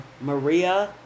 Maria